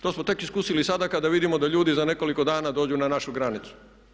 To smo tek iskusili tada kada vidimo da ljudi za nekoliko dana dođu na našu granicu.